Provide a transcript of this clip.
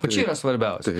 va čia yra svarbiausia